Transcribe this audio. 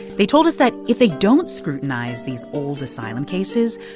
they told us that if they don't scrutinize these old asylum cases,